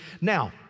Now